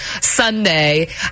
Sunday